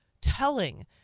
telling